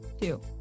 two